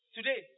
Today